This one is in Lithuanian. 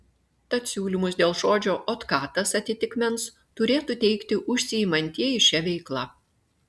tad siūlymus dėl žodžio otkatas atitikmens turėtų teikti užsiimantieji šia veikla